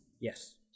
Yes